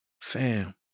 Fam